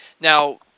Now